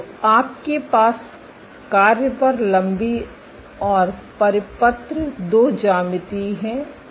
तो आपके पास कार्य पर लम्बी और परिपत्र दो ज्यामितीय हैं